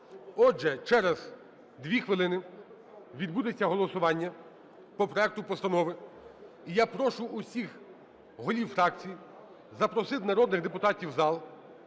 Отже, через дві хвилини відбудеться голосування по проекту постанови. І я прошу усіх голів фракцій запросити народних депутатів в зал.